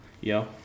Yo